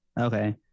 Okay